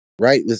right